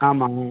ஆமாம்